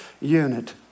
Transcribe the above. unit